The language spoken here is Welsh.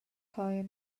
hwyr